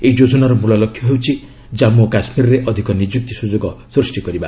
ଏହି ଯୋଜନାର ମୂଳ ଲକ୍ଷ୍ୟ ହେଉଛି ଜାନ୍ଗୁ ଓ କାଶ୍ମୀରରେ ଅଧିକ ନିଯୁକ୍ତି ସୁଯୋଗ ସୃଷ୍ଟି କରିବା